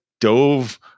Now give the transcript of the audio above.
dove